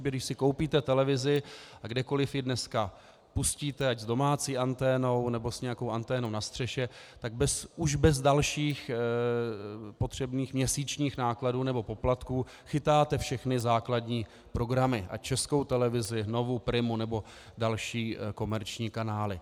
Když si koupíte televizi a kdekoliv ji dneska pustíte, ať s domácí anténou, nebo s nějakou anténou na střeše, tak už bez dalších potřebných měsíčních nákladů nebo poplatků chytáte všechny základní programy: Českou televizi, Novu, Primu nebo další komerční kanály.